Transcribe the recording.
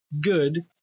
good